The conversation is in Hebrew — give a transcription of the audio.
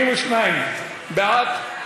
72 בעד,